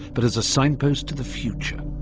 but as a signpost to the future,